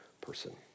person